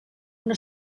una